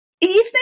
evening